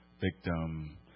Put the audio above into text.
victim